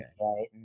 right